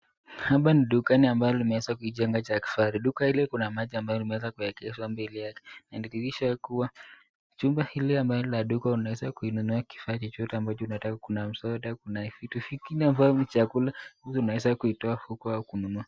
Hapa ni dukani ambalo limeweza kuijenga cha kifahari. Duka hili inadhihirisha kuwa chumba hii ya duka unaweza kununua kitu ambacho unataka, kuna soda na vitu vingine ambavyo ni chakula unaweza kyitoa huku au kununua.